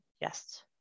Yes